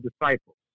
disciples